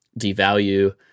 devalue